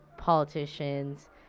politicians